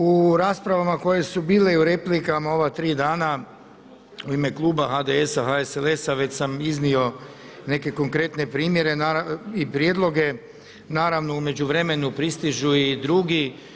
U raspravama koje su bile i u replikama ova tri dana u ime kluba HDS-HSLS-a već sam iznio neke konkretne primjere i prijedloge, naravno u međuvremenu pristižu i drugi.